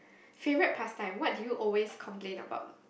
favorite pastime what do you always complain about